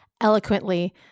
eloquently